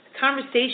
conversation